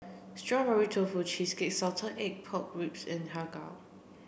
strawberry tofu cheesecake salted egg pork ribs and Har Kow